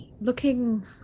looking